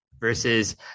versus